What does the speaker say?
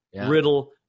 Riddle